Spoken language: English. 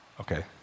Okay